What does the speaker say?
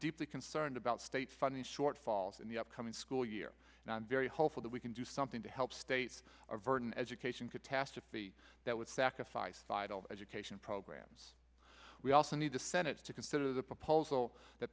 deeply concerned about state funding shortfalls in the upcoming school year and i'm very hopeful that we can do something to help states verdun education catastrophe that would sacrifice vital education programs we also need the senate to consider the proposal that